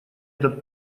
этот